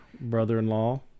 brother-in-law